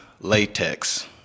latex